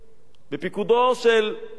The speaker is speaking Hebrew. בפיקודו של אלוף-משנה,